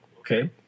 Okay